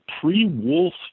pre-wolf